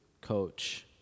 coach